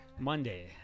Monday